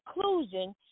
conclusion